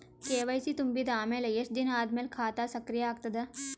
KYC ತುಂಬಿದ ಅಮೆಲ ಎಷ್ಟ ದಿನ ಆದ ಮೇಲ ಖಾತಾ ಸಕ್ರಿಯ ಅಗತದ?